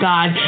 God